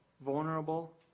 vulnerable